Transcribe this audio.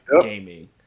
gaming